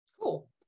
Cool